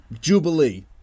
Jubilee